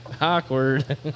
Awkward